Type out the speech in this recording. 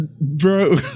Bro